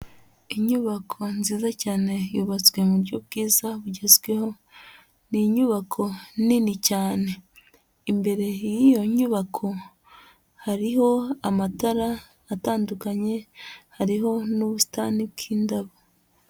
Inyubako nziza cyane yubatswe mu buryo bwiza bugezweho, ni inyubako nini cyane, imbere y'iyo nyubako hariho amatara atandukanye, hariho n'ubusitani bw'indabo.